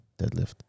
Deadlift